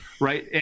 right